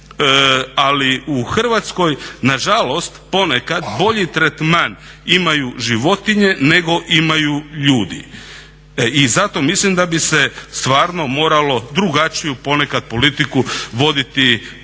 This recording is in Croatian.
ali u Hrvatskoj nažalost ponekad bolji tretman imaju životinje nego ljudi i zato mislim da bi se stvarno moralo drugačiju ponekad politiku voditi prema